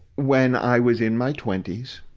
when i was in my twenty s,